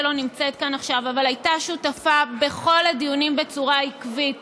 שלא נמצאת כאן עכשיו אבל הייתה שותפה לכל הדיונים בצורה עקבית